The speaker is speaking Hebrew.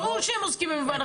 ברור שהם עוסקים במגוון רחב,